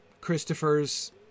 Christopher's